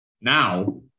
Now